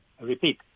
repeat